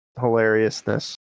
hilariousness